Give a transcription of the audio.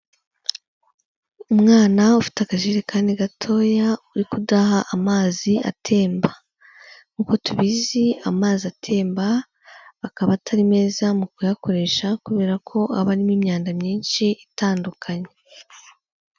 Umwana ufite akajerekani gatoya uri kudaha amazi atemba, nk'uko tubizi amazi atemba akaba atari meza mu kuyakoresha, kubera ko aba arimo imyanda myinshi itandukanye.